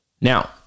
Now